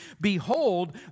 Behold